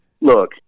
look